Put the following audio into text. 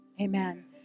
Amen